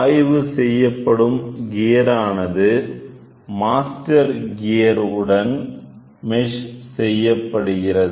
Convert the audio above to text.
ஆய்வு செய்யப்படும் கியர் ஆனது மாஸ்டர் கியர் உடன் மெஷ் செய்யப்படுகிறது